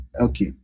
Okay